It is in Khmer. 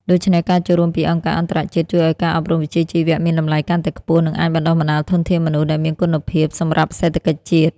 ដូច្នេះ ការចូលរួមពីអង្គការអន្តរជាតិជួយឱ្យការអប់រំវិជ្ជាជីវៈមានតម្លៃកាន់តែខ្ពស់ និងអាចបណ្តុះបណ្តាលធនធានមនុស្សដែលមានគុណភាពសម្រាប់សេដ្ឋកិច្ចជាតិ។